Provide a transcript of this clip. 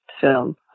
film